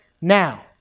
now